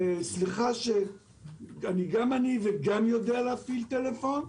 גם אני יודע להפעיל טלפון,